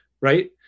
Right